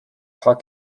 paar